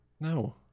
No